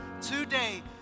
today